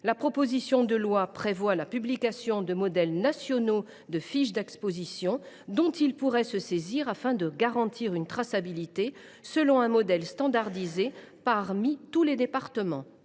la proposition de loi prévoit la publication de modèles nationaux de fiche d’exposition dont ils pourront se saisir afin de garantir une traçabilité, selon un modèle standardisé dans tous les départements.